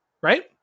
Right